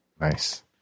Nice